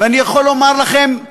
ואני יכול לומר לכם,